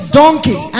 donkey